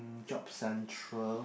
Job Central